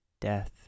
death